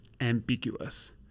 ambiguous